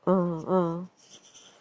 mm mm